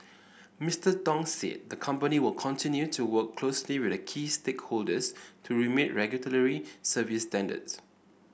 Mister Tong said the company will continue to work closely with key stakeholders to meet regulatory service standards